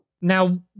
Now